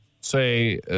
say